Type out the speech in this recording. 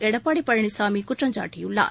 எடப்பாடி பழனிசாமி குற்றம் சாட்டியுள்ளார்